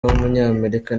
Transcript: w’umunyamerika